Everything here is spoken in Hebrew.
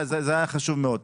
זה היה חשוב מאוד.